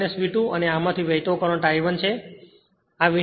તેથી અહીં V1 V2 અને આમાંથી વહેતો કરંટ I1 છે